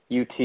UT